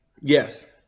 Yes